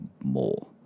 more